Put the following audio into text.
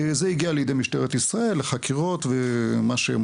זה הגיע לידי משטרת ישראל לחקירות ומה שהם